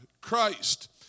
Christ